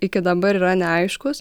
iki dabar yra neaiškūs